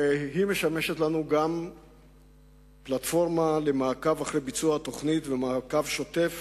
והיא משמשת לנו גם פלטפורמה למעקב אחר יישום התוכנית ומעקב שוטף,